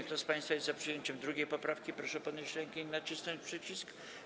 Kto z państwa jest za przyjęciem 2. poprawki, proszę podnieść rękę i nacisnąć przycisk.